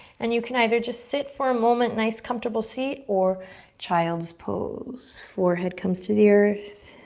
and you can either just sit for a moment, nice comfortable seat, or child's pose. forehead comes to the earth,